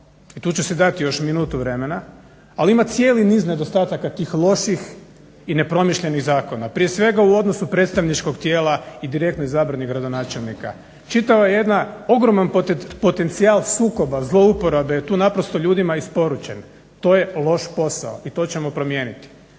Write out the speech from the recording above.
i tu ću si dati još minutu vremena, ali ima cijeli niz nedostataka tih loših i nepromišljenih zakona. Prije svega u odnosu predstavničkog tijela i direktnoj zabrani gradonačelnika. Čitava jedna, ogroman potencijal sukoba zlouporabe je tu naprosto ljudima isporučen. To je loš posao i to ćemo promijeniti.